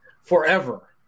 forever